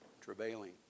travailing